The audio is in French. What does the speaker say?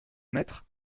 maître